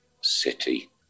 City